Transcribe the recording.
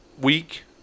week